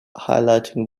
highlighting